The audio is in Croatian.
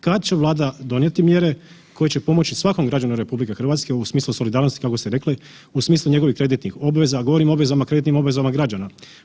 Kad će Vlada donijeti mjere koje će pomoći svakom građanu RH u smislu solidarnosti, kako ste rekli, u smislu njegovih kreditnih obveza, govorim o obvezama, kreditnim obvezama građana.